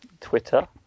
Twitter